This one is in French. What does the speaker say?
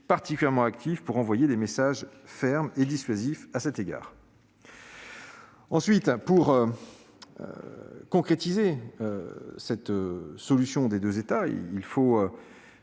particulièrement active pour envoyer des messages fermes et dissuasifs à cet égard. Ensuite, pour concrétiser la solution des deux États, il faut